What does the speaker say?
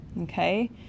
okay